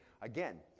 again